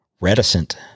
reticent